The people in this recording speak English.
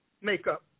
makeup